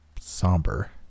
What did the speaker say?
somber